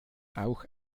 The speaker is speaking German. auch